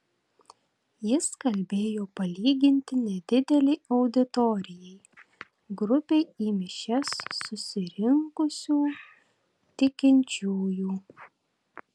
jis kalbėjo palyginti nedidelei auditorijai grupei į mišias susirinkusių tikinčiųjų